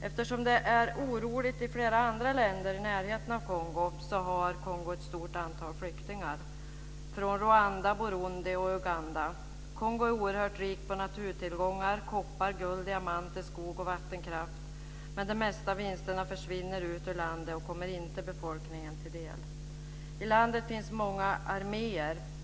Eftersom det är oroligt i flera andra länder i närheten av Kongo har Kongo ett stort antal flyktingar från Rwanda, Burundi och Uganda. Kongo är oerhört rikt på naturtillgångar: koppar, guld, diamanter, skog och vattenkraft. Men det mesta av vinsterna försvinner ut ur landet och kommer inte befolkningen till del. I landet finns många arméer.